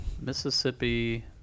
Mississippi